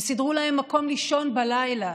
הם סידרו להם מקום לישון בלילה,